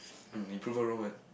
um you prove her wrong and